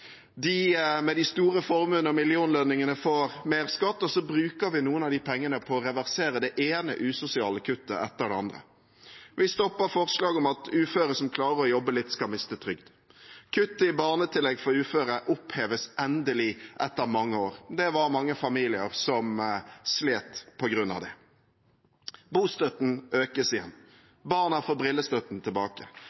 De med de store formuene og millionlønningene får mer skatt, og så bruker vi noen av de pengene på å reversere det ene usosiale kuttet etter det andre. Vi stopper forslaget om at uføre som klarer å jobbe litt, skal miste trygden. Kuttet i barnetillegg for uføre oppheves endelig, etter mange år. Det var mange familier som slet på grunn av det. Bostøtten økes igjen.